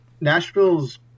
Nashville's